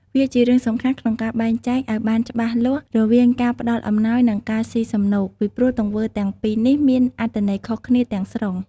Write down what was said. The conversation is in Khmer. វាជារឿងសំខាន់ក្នុងការបែងចែកឱ្យបានច្បាស់លាស់រវាងការ ផ្ដល់អំណោយ និងការស៊ីសំណូក ពីព្រោះទង្វើទាំងពីរនេះមានអត្ថន័យខុសគ្នាទាំងស្រុង។